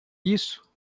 isso